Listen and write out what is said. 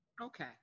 okay